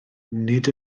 nid